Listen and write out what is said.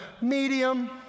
medium